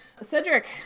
Cedric